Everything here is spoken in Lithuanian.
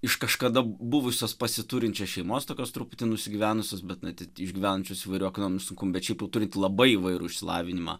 iš kažkada buvusios pasiturinčios šeimos tokios truputį nusigyvenusios bet matyt išgyvenančius įvairio kam su kumbečiai po turit labai įvairų išsilavinimą